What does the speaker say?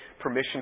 permission